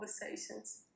conversations